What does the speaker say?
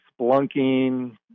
splunking